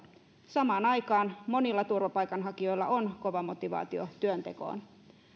samaan aikaan monilla turvapaikanhakijoilla on kova motivaatio työntekoon